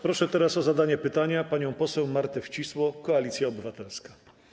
Proszę teraz o zadanie pytania panią poseł Martę Wcisło, Koalicja Obywatelska.